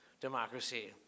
democracy